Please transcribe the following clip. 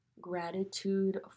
Gratitude